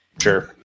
Sure